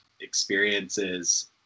experiences